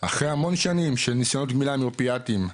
אחרי המון שנים של ניסיונות גמילה מאופיאטים שלצערי,